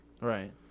Right